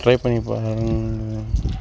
try பண்ணி பாருங்கள்